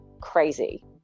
crazy